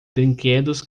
brinquedos